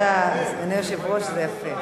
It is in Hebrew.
סגני היושב-ראש, זה יפה.